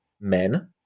men